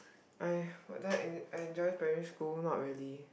I what do I I enjoy primary school not really